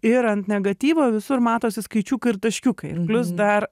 ir ant negatyvo visur matosi skaičiukai ir taškiukai plius dar